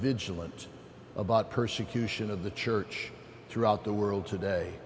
vigilant about persecution of the church throughout the world today